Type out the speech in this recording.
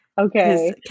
Okay